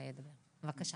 בבקשה.